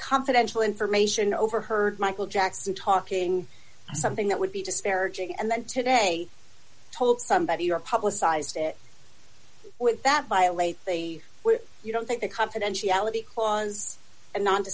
confidential information overheard michael jackson talking something that would be disparaging and then today told somebody or publicized it would that violate they where you don't think the confidentiality clause and no